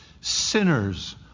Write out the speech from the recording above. sinners